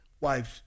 Wives